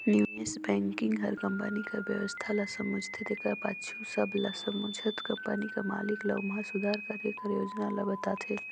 निवेस बेंकिग हर कंपनी कर बेवस्था ल समुझथे तेकर पाछू सब ल समुझत कंपनी कर मालिक ल ओम्हां सुधार करे कर योजना ल बताथे